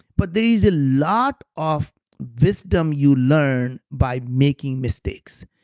but there is a lot of wisdom you learn by making mistakes.